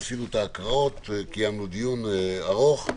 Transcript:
עשינו את ההקראות, קיימנו דיון ארוך.